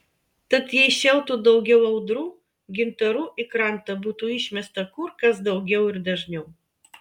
tad jei šėltų daugiau audrų gintarų į krantą būtų išmesta kur kas daugiau ir dažniau